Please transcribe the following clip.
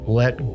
let